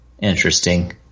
interesting